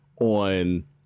on